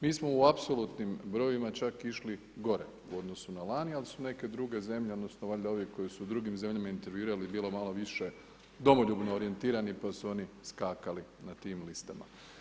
Mi smo u apsolutnim brojevima čak išli gore u odnosu na lani, ali su neke druge zemlje, odnosno valjda ovi koji su u drugim zemljama intervjuirali bilo malo više domoljubno orijentirani pa su oni skakali na tim listama.